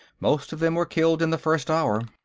most of them were killed in the first hour.